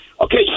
okay